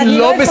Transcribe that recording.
אני מאמין לא,